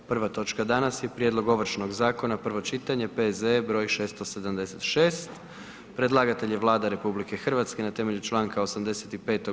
Prva točka danas je: - Prijedlog ovršnog zakona, prvo čitanje, P.Z.E br. 676 Predlagatelj je Vlada RH na temelju članka 85.